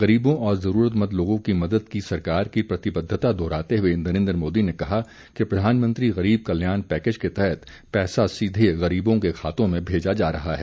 गरीबों और जरूरतमंद लोगों की मदद की सरकार की प्रतिबद्धता दोहराते हुए नरेंद्र मोदी ने कहा कि प्रधानमंत्री गरीब कल्याण पैकेज के तहत पैसा सीधे गरीबों के खातों में भेजा जा रहा है